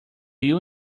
you